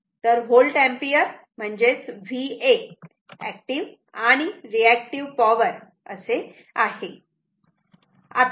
तर volt ampere म्हणजे VA active आणि रिऍक्टिव्ह पॉवर असे आहे